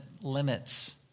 limits